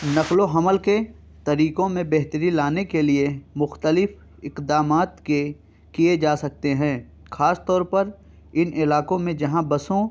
نقل و حمل کے طریقوں میں بہتری لانے کے لیے مختلف اقدامات کے کیے جا سکتے ہیں خاص طور پر ان علاقوں میں جہاں بسوں